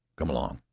come along!